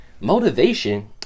motivation